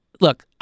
Look